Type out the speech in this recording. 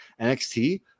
NXT